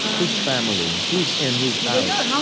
who's family? who's in, who's out?